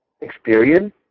experience